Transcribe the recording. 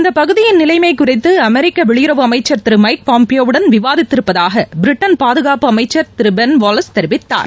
இந்த பகுதியின் நிலைமை குறித்து அமெரிக்க வெளியுறவு அமைச்சர் திரு மைக் பாம்பியோவுடன் விவாதிருப்பதாக பிரிட்டன் பாதுகாப்பு அமைச்சர் திரு பென் வாலஸ் தெரிவித்தார்